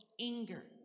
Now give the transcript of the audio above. anger